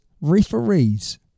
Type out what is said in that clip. referees